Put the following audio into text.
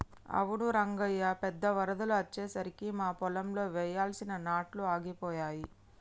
అవును రంగయ్య పెద్ద వరదలు అచ్చెసరికి మా పొలంలో వెయ్యాల్సిన నాట్లు ఆగిపోయాయి